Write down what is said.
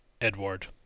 Edward